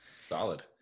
solid